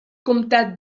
comtat